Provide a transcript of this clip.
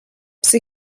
psy